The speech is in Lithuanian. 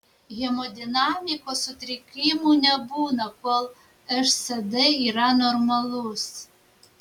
hemodinamikos sutrikimų nebūna kol šsd yra normalus